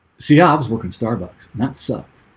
see hobbs working starbucks, that's sucked.